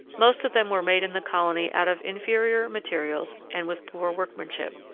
most of them were made in the colony out of inferior materials and with poor workmanship.